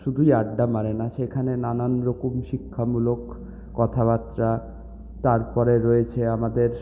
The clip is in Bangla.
শুধুই আড্ডা মারে না সেখানে নানান রকম শিক্ষামূলক কথাবার্তা তারপরে রয়েছে আমাদের